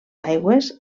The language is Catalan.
aigües